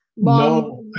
No